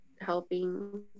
helping